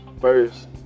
first